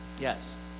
Yes